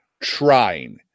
trying